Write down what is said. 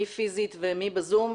מי פיזית ומי ב-זום.